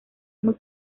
muy